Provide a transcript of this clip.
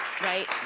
Right